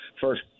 first